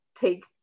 take